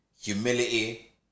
humility